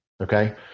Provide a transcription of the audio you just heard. Okay